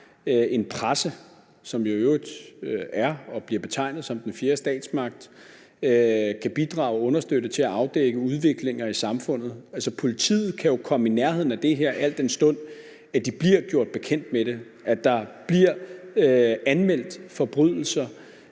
en presse, som i øvrigt er og bliver betegnet som den fjerde statsmagt, der kan bidrage og understøtte afdækningen af udviklinger i samfundet. Altså, politiet kan jo komme i nærheden af det her, al den stund de bliver gjort bekendt med det, at der bliver anmeldt forbrydelser,